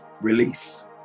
release